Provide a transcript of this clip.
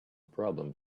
problem